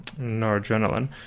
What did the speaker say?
noradrenaline